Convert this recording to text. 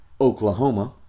Oklahoma